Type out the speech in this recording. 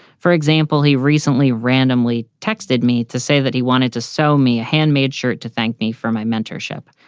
for example, he recently randomly texted me to say that he wanted to sell so me a handmade shirt to thank me for my mentorship.